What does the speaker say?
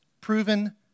proven